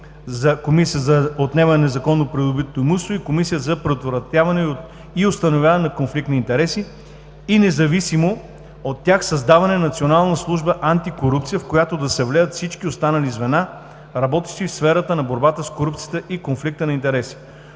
за отнемане на незаконно придобито имущество и Комисията за предотвратяване и установяване на конфликт на интереси и, независимо от тях, създаване на Национална служба „Антикорупция“, в която да се влеят всички останали звена, работещи в сферата на борбата с корупцията и конфликта на интереси.